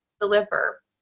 deliver